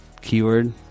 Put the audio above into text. Keyword